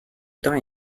die